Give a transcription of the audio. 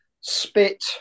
Spit